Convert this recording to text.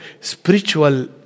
spiritual